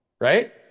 Right